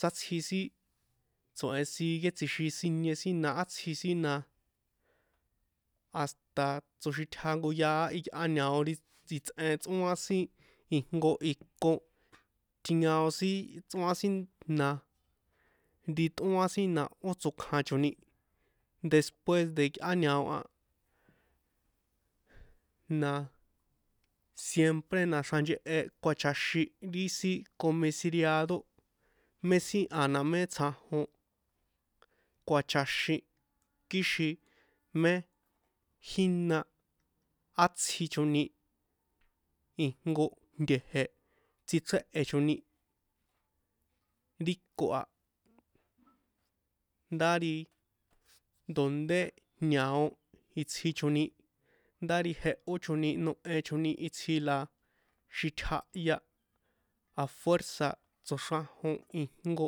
Sátsji sin tso̱hen sigue tsixin sinie sin na átsji sin na hasta tsoxitja jnko yaá iyꞌá ñao ri itsꞌen tsꞌóan sin ri ijnko iko tjinkaon sin tsꞌóan sin na ri tꞌoán sin ó tsokjachoni despue de yꞌá ñao a, na siempre na xranchehe kuachaxín ri sin comisiriado me sin a na mé tsjajon kuachaxín kixin mé jína ástjichoni ijnko nte̱je̱ tsíchréhe̱choni ri iko a ndá ri donde ñao itsjichoni nda ri jehóchoni nohechoni itsjila xítjahya afuerza̱ tsoxrajon ijnko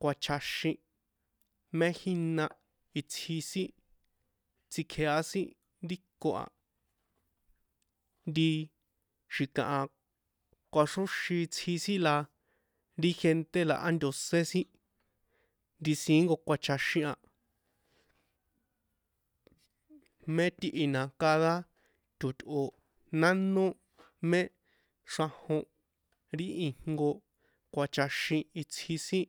kuachaxín mé jína itsji sin tsikjea sin ri iko a nti xi̱kaha kuaxróxin itsji la ri gente la ánto̱sén sin ri siín jnko kjuachaxín a mé tihi na cada toṭꞌo̱ nánó mé xrajon ri ijnko kuachaxín itsji sin